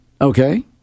Okay